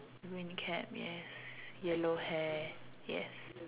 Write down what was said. green cap yes yellow hair yes